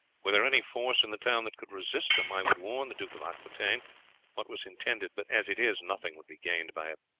were there any force in the town that could resist them i would warn the duke of aquitaine what was intended, but as it is, nothing would be gained by it.